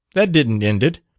that didn't end it!